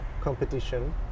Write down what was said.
competition